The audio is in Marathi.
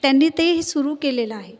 त्यांनी तेही सुरु केलेलं आहे